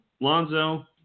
Lonzo